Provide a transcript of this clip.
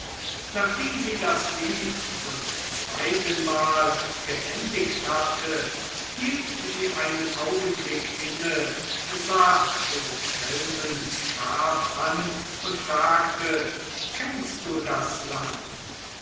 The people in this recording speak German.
nachdem sie das lied zum zweitenmal geendigt hatte hielt sie einen augenblick inne sah wilhelmen scharf an und fragte kennst du das land